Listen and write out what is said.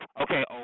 okay